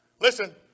Listen